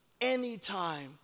anytime